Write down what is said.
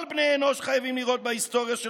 כל בני אנוש חייבים לראות בהיסטוריה של